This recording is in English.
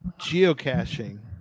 geocaching